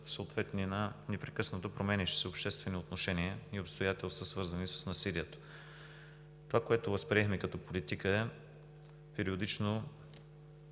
съответни на непрекъснато променящите се обществени отношения и обстоятелства, свързани с насилието. Това, което възприехме като политика, е ежегодно